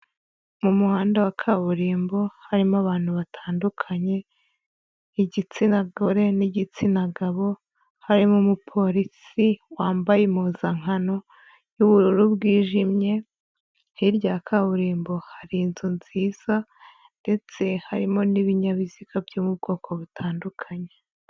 Mu muhanda wa kaburimbo harimo abantu batandukanye igitsina gore n'igitsina gabo, harimo umupolisi wambaye impuzankano y'ubururu bwijimye, hirya ya kaburimbo hari inzu nziza ndetse harimo n'ibinyabiziga byo mu bwoko butandukanye.